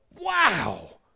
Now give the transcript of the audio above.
wow